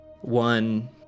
One